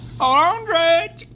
Andre